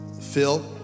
Phil